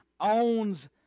owns